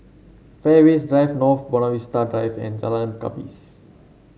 Fairways Drive North Buona Vista Drive and Jalan Gapis